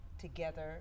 together